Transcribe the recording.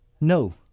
No